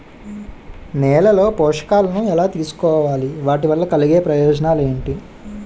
నేలలో పోషకాలను ఎలా తెలుసుకోవాలి? వాటి వల్ల కలిగే ప్రయోజనాలు ఏంటి?